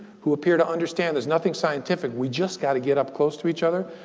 who appear to understand there's nothing scientific. we just got to get up close to each other.